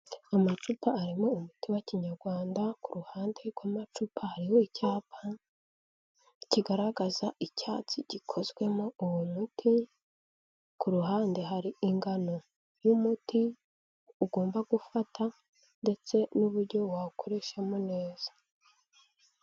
Amacupa arimo umuti wa kinyarwanda, ku ruhande rw'amacupa hariho icyapa kigaragaza icyatsi gikozwemo uwo muti, ku ruhande hari ingano y'umuti ugomba gufata ndetse n'uburyo wawukoreshamo neza.